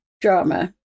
drama